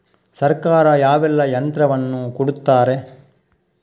ಸರ್ಕಾರ ಯಾವೆಲ್ಲಾ ಯಂತ್ರವನ್ನು ಕೊಡುತ್ತಾರೆ?